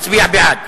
מצביע בעד.